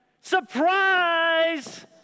Surprise